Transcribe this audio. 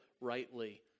rightly